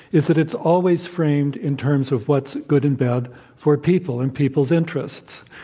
is that it's always framed in terms of what's good and bad for people and people's interests,